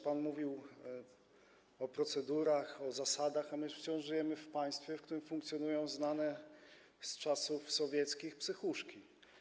Pan mówił o procedurach, o zasadach, a my wciąż żyjemy w państwie, w którym funkcjonują znane z czasów sowieckich psychuszki.